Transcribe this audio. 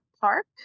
park